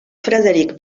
frederic